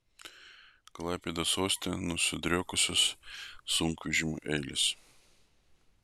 klaipėdos uoste nusidriekusios sunkvežimių eilės